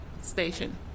station